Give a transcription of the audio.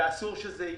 אסור שזה יקרה.